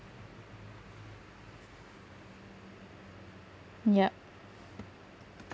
yup